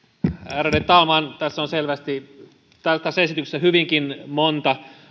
ärade talman tässä esityksessä on selvästi hyvinkin monta